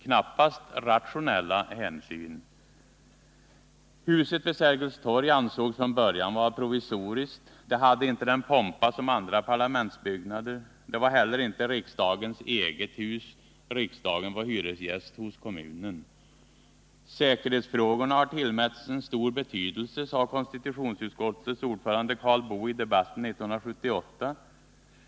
Knappast rationella hänsyn. Huset vid Sergels torg ansågs från början vara provisoriskt. Det hade inte den pompa som andra parlamentsbyggnader har. Det var heller inte riksdagens eget hus — riksdagen var hyresgäst hos kommunen! ”Säkerhetsfrågorna har tillmätts en mycket stor betydelse”, sade konstitutionsutskottets ordförande Karl Boo i debatten 1978.